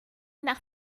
nach